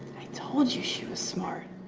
i told you she was smart.